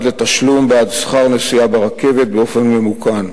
לתשלום בעד נסיעה ברכבת באופן ממוכן,